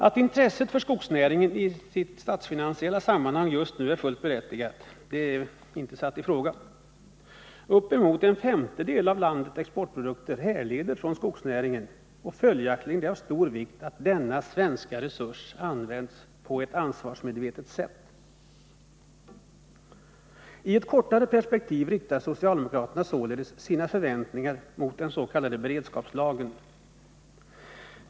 Att intresset för skogsnäringen i dess statsfinansiella sammanhang just nu är fullt berättigat är inte satt i fråga. Uppemot en femtedel av landets exportprodukter härleder från skogsnäringen, och följaktligen är det av stor vikt att denna svenska resurs används på ett ansvarsmedvetet sätt. I ett kortare perspektiv riktar socialdemokraterna således sina förväntningar till den s.k. beredskapslagen.